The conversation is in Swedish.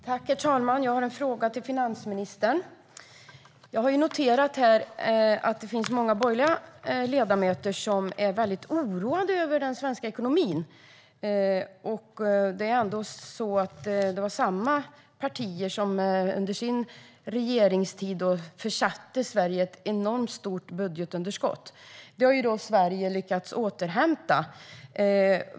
Herr talman! Jag har en fråga till finansministern. Jag har noterat att det finns många borgerliga ledamöter som är väldigt oroade över den svenska ekonomin. Det är samma partier som under sin regeringstid försatte Sverige i ett enormt stort budgetunderskott. Det har Sverige lyckats återhämta.